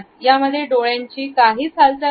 यामध्ये डोळ्यांची काहीच हालचाल नाही